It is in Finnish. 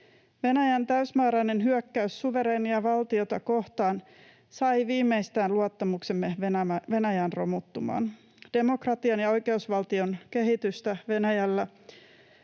Venäjän täysmääräinen hyökkäys suvereenia valtiota kohtaan sai viimeistään luottamuksemme Venäjään romuttumaan. Demokratian ja oikeusvaltion kehitystä Venäjällä,